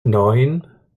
neun